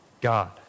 God